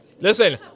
Listen